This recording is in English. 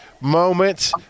moment